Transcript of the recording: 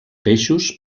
peixos